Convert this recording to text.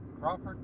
Crawford